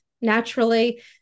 naturally